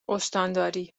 استانداری